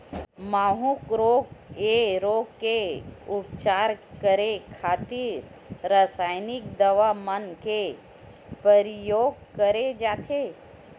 माहूँ रोग ऐ रोग के उपचार करे खातिर रसाइनिक दवा मन के परियोग करे जाथे